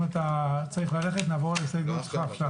אם אתה צריך ללכת נעבור על ההסתייגויות שלך עכשיו.